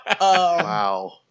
Wow